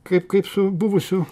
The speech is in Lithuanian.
kaip kaip su buvusiu